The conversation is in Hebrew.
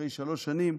אחרי שלוש שנים,